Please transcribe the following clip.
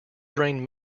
drained